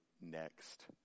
next